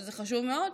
שזה חשוב מאוד,